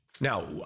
Now